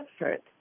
effort